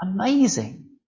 Amazing